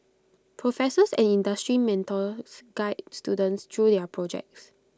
professors and industry mentors guide students through their projects